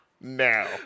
now